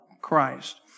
Christ